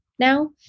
now